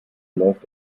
läuft